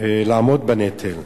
לעמוד בנטל.